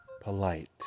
polite